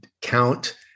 count